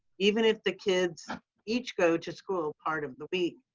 even if the kids each go to school part of the week,